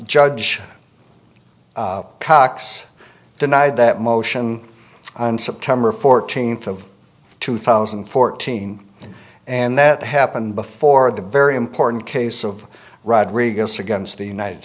judge cox denied that motion on september fourteenth of two thousand and fourteen and that happened before the very important case of rodriguez against the united